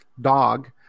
dog